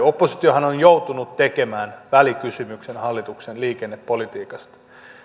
oppositiohan on joutunut tekemään välikysymyksen hallituksen liikennepolitiikasta